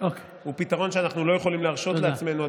הוא פתרון שאנחנו לא יכולים להרשות לעצמנו,